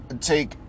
take